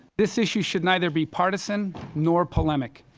this issue should neither be partisan nor polemic.